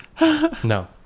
No